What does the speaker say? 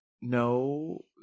No